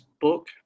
book